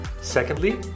Secondly